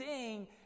sing